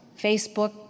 Facebook